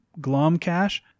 Glomcash